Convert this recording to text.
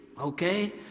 okay